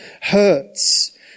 hurts